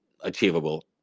achievable